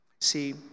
See